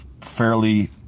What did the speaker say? fairly